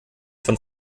von